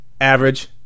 average